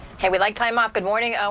hey, we like time off. good morning.